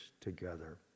together